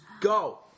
go